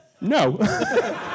No